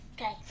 okay